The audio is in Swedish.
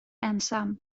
ensam